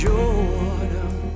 Jordan